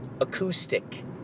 Acoustic